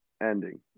ending